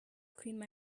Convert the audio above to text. cleaned